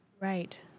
Right